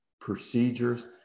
procedures